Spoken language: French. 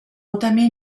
entamer